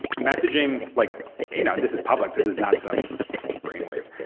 messaging, like you know and this is public, this is not some brainwave.